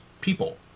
people